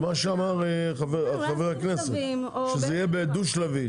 זה מה שאמר חבר הכנסת, שזה יהיה דו שלבי.